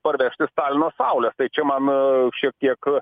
parvežti stalino saulę tai čia man šiek tiek